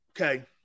Okay